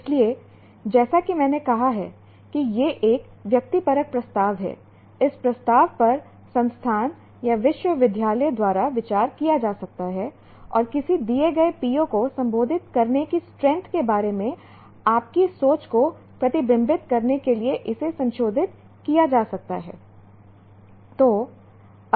इसलिए जैसा कि मैंने कहा कि यह एक व्यक्तिपरक प्रस्ताव है इस प्रस्ताव पर संस्थान या विश्वविद्यालय द्वारा विचार किया जा सकता है और किसी दिए गए PO को संबोधित करने की स्ट्रैंथ के बारे में आपकी सोच को प्रतिबिंबित करने के लिए इसे संशोधित किया जा सकता है